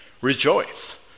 Rejoice